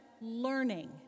learning